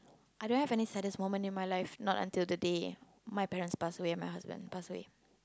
I don't have any saddest moment in my life not until the day my parents pass away and my husband pass away